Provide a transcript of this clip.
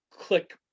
click